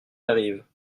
arrive